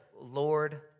Lord